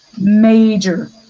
major